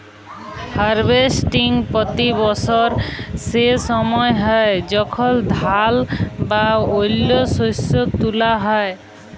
harvesting পতি বসর সে সময় হ্যয় যখল ধাল বা অল্য শস্য তুলা হ্যয়